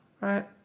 right